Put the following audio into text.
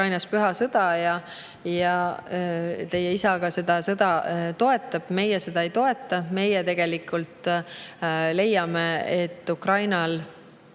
Ukrainas püha sõda, ja teie isa seda sõda toetab. Meie seda ei toeta ja meie tegelikult leiame, et Ukrainal